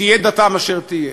תהיה דתם אשר תהיה.